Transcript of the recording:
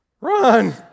run